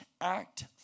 act